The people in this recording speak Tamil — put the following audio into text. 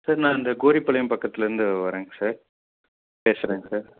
சார் நான் இந்த கோரிப்பாளையம் பக்கத்துலருந்து வரங்க சார் பேசுறேங்க சார்